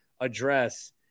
address